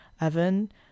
oven